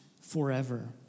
forever